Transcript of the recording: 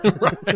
right